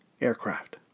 aircraft